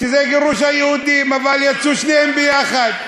שזה גירוש היהודים, אבל יצאו שניהם יחד.